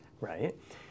right